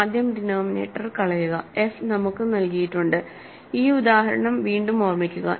ആദ്യംഡിനോമിനേറ്റർ കളയുക എഫ് നമുക്ക് നൽകിയിട്ടുണ്ട് ഈ ഉദാഹരണം വീണ്ടും ഓർമ്മിക്കുക